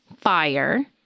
fire